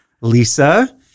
Lisa